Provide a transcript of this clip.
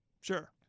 Sure